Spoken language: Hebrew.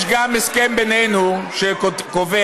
יש גם הסכם בינינו שקובע: